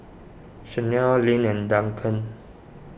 Shanelle Lynn and Duncan